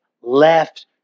left